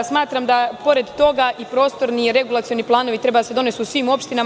Smatramo da pored toga i prostorni i regulacioni planovi treba da se donesu u svim opštinama.